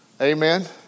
Amen